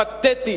פתטית,